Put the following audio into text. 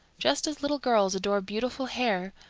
just as little girls adore beautiful hair,